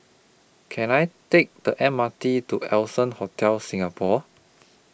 Can I Take The M R T to Allson Hotel Singapore